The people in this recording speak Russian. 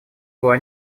была